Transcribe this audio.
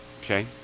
okay